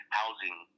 housing